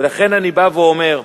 ולכן אני בא ואומר,